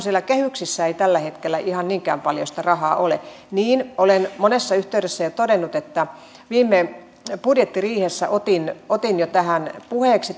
siellä kehyksissä ei tällä hetkellä ihan niinkään paljon sitä rahaa ole niin olen monessa yhteydessä jo todennut että viime budjettiriihessä otin otin jo puheeksi